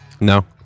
No